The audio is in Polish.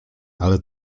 ale